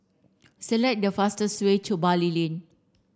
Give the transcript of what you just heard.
select the fastest way to Bali Lane